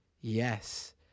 Yes